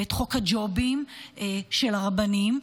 את חוק הג'ובים של הרבנים,